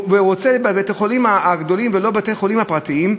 והוא רוצה בבתי-החולים הגדולים ולא בבתי-החולים הפרטיים.